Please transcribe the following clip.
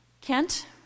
Kent